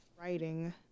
Writing